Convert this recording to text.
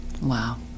Wow